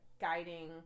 guiding